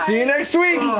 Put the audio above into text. you next week.